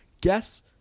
Guess